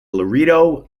loreto